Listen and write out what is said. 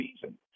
season